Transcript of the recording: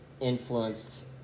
influenced